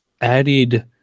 added